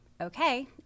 okay